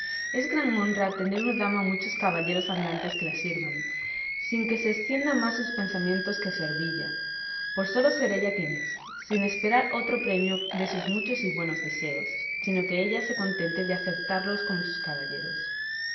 es gran honra tener una dama muchos caballeros andantes que la sirvan sin que se estiendan más sus pensamientos que a servilla por sólo ser ella quien es sin esperar otro premio de sus muchos y buenos deseos sino que ella se contente de acetarlos por sus caballeros